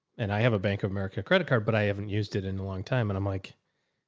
and i have a bank of america credit card, but i haven't used it in a long time. and i'm like,